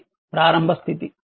ఇది ప్రారంభ స్థితి